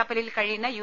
കപ്പലിൽ കഴിയുന്ന യു